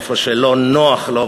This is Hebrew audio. איפה שלא נוח לו,